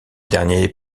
derniers